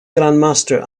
grandmaster